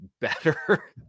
better